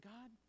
God